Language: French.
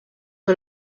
que